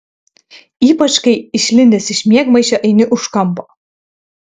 ypač kai išlindęs iš miegmaišio eini už kampo